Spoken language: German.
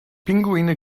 pinguine